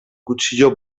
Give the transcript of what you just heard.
cuchillo